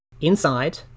Inside